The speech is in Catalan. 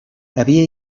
havia